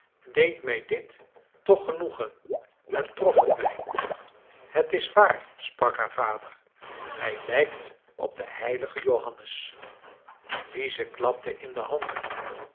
deed mij dit toch genoegen en trof het mij het is waar sprak haar vader hij lijkt op den heiligen johannes lize klapte in de handen